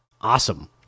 awesome